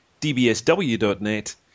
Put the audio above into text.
dbsw.net